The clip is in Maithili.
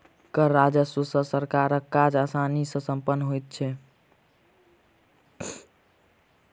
कर राजस्व सॅ सरकारक काज आसानी सॅ सम्पन्न होइत छै